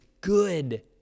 good